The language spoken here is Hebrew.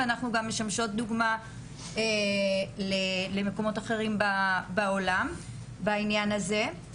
ואנחנו גם משמשות דוגמה למקומות אחרים בעולם בעניין הזה.